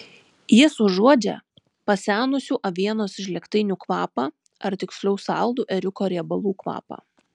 jis užuodžia pasenusių avienos žlėgtainių kvapą ar tiksliau saldų ėriuko riebalų kvapą